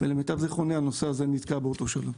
למיטב זיכרוני, הנושא נתקע באותו שלב.